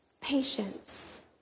patience